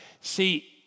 see